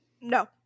No